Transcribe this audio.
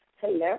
hello